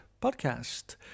podcast